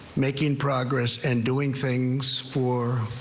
making progress and doing things for.